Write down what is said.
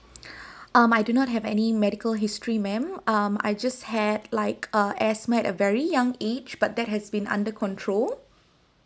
um I do not have any medical history ma'am um I just had like uh asthma at a very young age but that has been under control